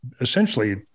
essentially